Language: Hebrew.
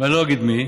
ואני לא אגיד מי,